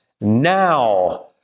now